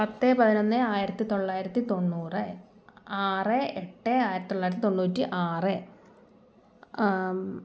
പത്ത് പതിനൊന്ന് ആയിരത്തിത്തൊള്ളായിരത്തി തൊണ്ണൂറ് ആറ് എട്ട് ആയിരത്തിത്തൊള്ളായിരത്തി തൊണ്ണൂറ്റി ആറ്